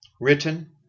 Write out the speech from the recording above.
written